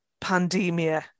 pandemia